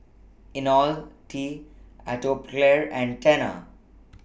Ionil T Atopiclair and Tena